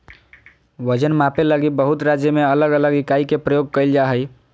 वजन मापे लगी बहुत राज्य में अलग अलग इकाई के प्रयोग कइल जा हइ